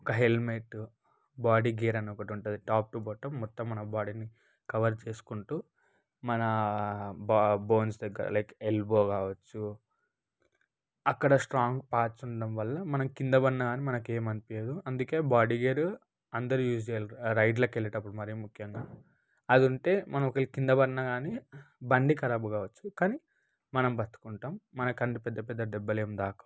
ఒక helmet body gear అని ఒకటి ఉంటుంది టాప్ టూ బాటమ్ మొత్తం మన బాడీని కవర్ చేసుకుంటూ మన బ బోన్స్ దగ్గర లైక్ ఎల్బో కావచ్చు అక్కడ స్ట్రాంగ్ పార్ట్స్ ఉండటం వల్ల మనం కిందపడినా మనకేం అనిపించదు అందుకే బాడీ గేర్ అందరూ యూజ్ చేయాలి రైడ్లకి వెళ్ళేటప్పుడు మరీ ముఖ్యంగా అది ఉంటే మనం ఒకవేళ కిందపడినా కానీ బండి ఖరాబ్ కావచ్చు కానీ మనం బతికుంటం మనకు అంత పెద్ద పెద్ద దెబ్బలేమి తాకవు